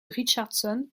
richardson